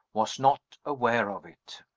was not aware of it!